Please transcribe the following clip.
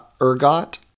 Ergot